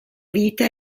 vita